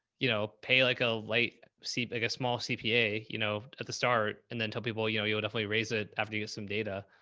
you know, pay like a light seat, like a small cpa, you know, at the start and then tell people, you know, you'll definitely raise it after you get some data.